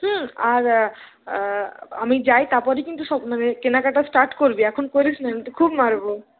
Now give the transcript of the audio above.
আর আমি যাই তারপরে কিন্তু সব মানে কেনাকাটা স্টার্ট করবি এখন করিস না কিন্তু খুব মারবো